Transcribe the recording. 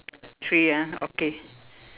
three ah okay